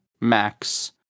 Max